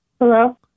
hello